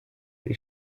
sie